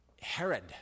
Herod